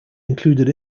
included